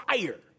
fire